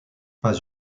pas